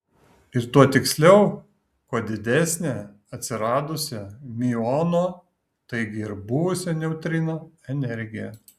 ir tuo tiksliau kuo didesnė atsiradusio miuono taigi ir buvusio neutrino energija